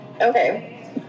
Okay